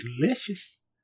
delicious